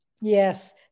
Yes